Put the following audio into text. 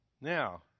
Now